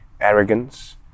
arrogance